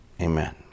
Amen